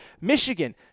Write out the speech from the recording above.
Michigan